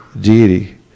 deity